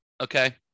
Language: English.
Okay